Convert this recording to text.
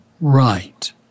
right